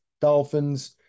Dolphins